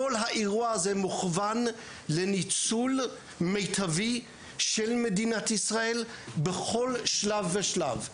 כל האירוע הזה מוכוון לניצול מיטבי של מדינת ישראל בכל שלב ושלב.